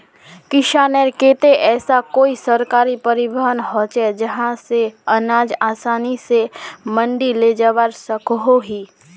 किसानेर केते ऐसा कोई सरकारी परिवहन होचे जहा से अनाज आसानी से मंडी लेजवा सकोहो ही?